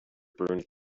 burned